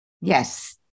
yes